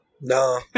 No